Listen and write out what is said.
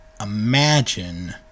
imagine